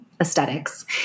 aesthetics